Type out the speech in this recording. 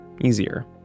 easier